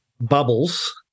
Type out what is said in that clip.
bubbles